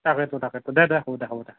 তাকেতো তাকেতো দে দে হ'ব দে হ'ব দে